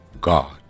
God